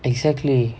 exactly